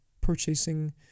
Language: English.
purchasing